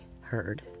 heard